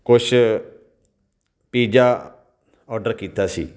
ਕੁਛ pizza order ਕੀਤਾ ਸੀ